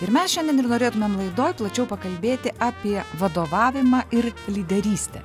ir mes šiandien ir norėtumėm laidoje plačiau pakalbėti apie vadovavimą ir lyderystę